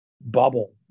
bubble